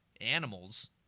animals